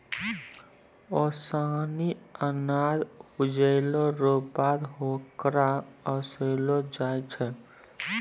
ओसानी अनाज उपजैला रो बाद होकरा ओसैलो जाय छै